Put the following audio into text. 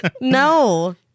No